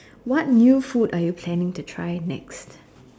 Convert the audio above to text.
what new food are you planning to try next